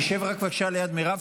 תשב בבקשה ליד מירב,